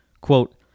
quote